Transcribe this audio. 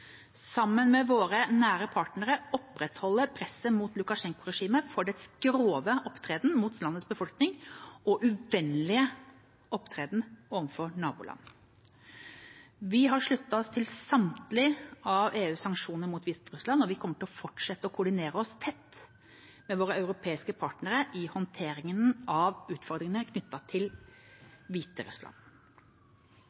sammen med våre nære partnere, opprettholde presset mot Lukasjenko-regimet for dets grove opptreden mot landets befolkning og uvennlige opptreden overfor naboland. Vi har sluttet oss til samtlige av EUs sanksjoner mot Hviterussland. Vi kommer til å fortsette å koordinere oss tett med våre europeiske partnere i håndteringen av utfordringene knyttet til